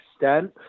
extent